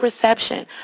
perception